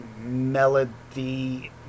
melody